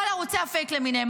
כל ערוצי הפייק למיניהם,